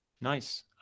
Nice